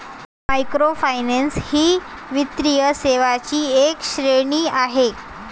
microfinance ही वित्तीय सेवांची एक श्रेणी आहे